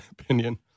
opinion